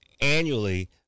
annually